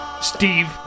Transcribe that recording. steve